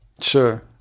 Sure